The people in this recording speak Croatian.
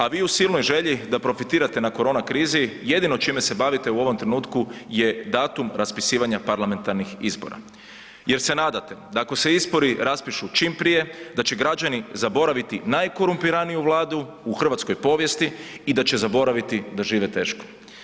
A vi u silnoj želi da profitirate na korona krizi jedino čime se bavite u ovome trenutku je datum raspisivanja parlamentarnih izbora jer se nadate da ako se izbori raspišu čim prije da će građani zaboraviti najkorumpiraniju Vladu u hrvatskoj povijesti i da će zaboraviti da žive teško.